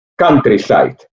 countryside